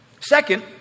Second